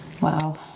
Wow